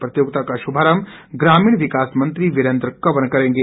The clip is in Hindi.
प्रतियोगिता का शुभारंभ ग्रामीण विकास मंत्री वीरेन्द्र कंवर करेंगे